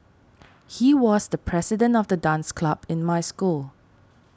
he was the president of the dance club in my school